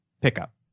pickup